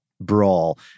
brawl